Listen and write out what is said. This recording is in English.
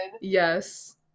Yes